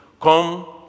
Come